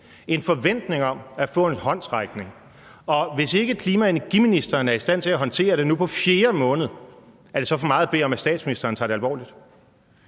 en forventning om at få en håndsrækning, og hvis ikke klima-, energi- og forsyningsministeren er i stand til at håndtere det nu på fjerde måned, er det så for meget at bede om, at statsministeren tager det alvorligt?